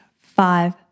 five